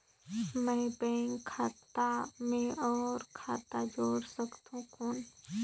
मैं बैंक खाता मे और खाता जोड़ सकथव कौन?